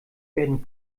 werden